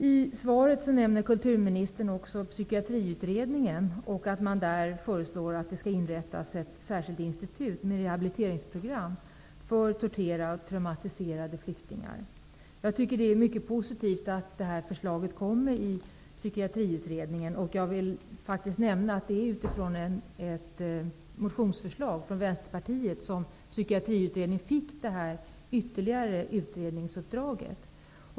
I svaret nämner kulturministern också att man i Psykiatriutredningen föreslår att det skall inrättas ett särskilt institut med rehabiliteringsprogram för torterade och traumatiserade flyktingar. Det är mycket positivt att det här förslaget kommer i Psykiatriutredningen. Jag vill faktiskt nämna att Psykiatriutredningen fick det här ytterligare utredningsuppdraget utifrån ett motionsförslag från Vänsterpartiet.